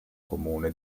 comune